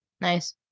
Nice